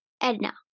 Edna